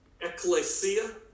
ecclesia